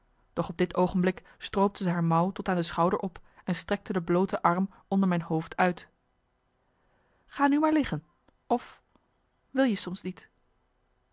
doch op dit oogenblik stroopte zij haar mouw tot aan de schouder op en strekte de bloote arm onder mijn hoofd uit ga nu maar liggen of wil je soms niet